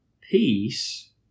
peace